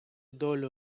долю